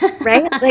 right